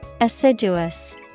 Assiduous